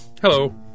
Hello